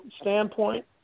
standpoint